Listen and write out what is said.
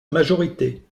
majorité